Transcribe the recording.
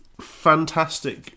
fantastic